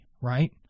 right